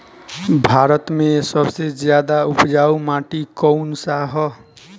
भारत मे सबसे ज्यादा उपजाऊ माटी कउन सा ह?